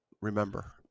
remember